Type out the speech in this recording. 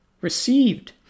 received